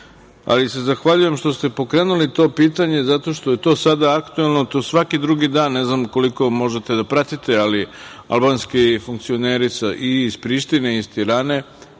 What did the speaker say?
se što ste pokrenuli to pitanje, zato što je to sada aktuelno, to svaki drugi dan, ne znam koliko možete da pratite, ali albanski funkcioneri i iz Prištine i iz Tirane